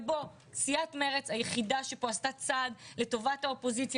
ובוא סיעת מרצ פה היחידה שעשתה צעד לטובת האופוזיציה,